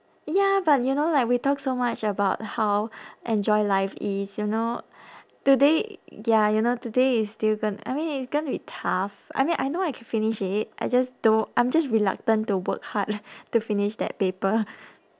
ya but you know like we talk so much about how enjoy life is you know today ya you know today is due gon~ I mean it's gonna be tough I mean I know I can finish it I just do~ I'm just reluctant to work hard to finish that paper